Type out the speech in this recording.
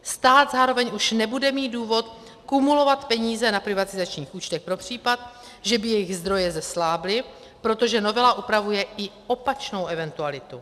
Stát zároveň už nebude mít důvod kumulovat peníze na privatizačních účtech pro případ, že by jejich zdroje zeslábly, protože novela upravuje i opačnou eventualitu.